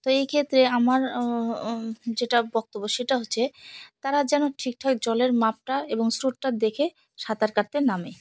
তো এই ক্ষেত্রে আমার যেটা বক্তব্য সেটা হচ্ছে তারা যেন ঠিকঠাক জলের মাপটা এবং স্রোতটা দেখে সাঁতার কাটতে নামে